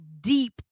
deep